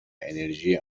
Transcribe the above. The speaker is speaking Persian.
انرژی